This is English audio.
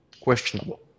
questionable